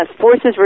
forces